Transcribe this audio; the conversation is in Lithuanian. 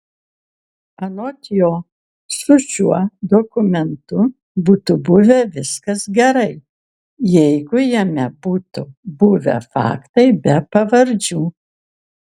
anot jo su šiuo dokumentu būtų buvę viskas gerai jeigu jame būtų buvę faktai be pavardžių